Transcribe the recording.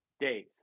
days